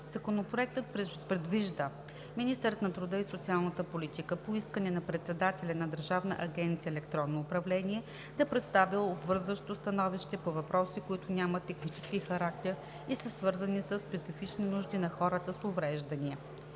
Законопроектът предвижда министърът на труда и социалната политика по искане на председателя на Държавна агенция „Електронно управление“ да представя обвързващо становище по въпроси, които нямат технически характер и са свързани със специфичните нужди на хората с увреждания,